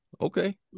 okay